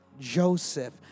Joseph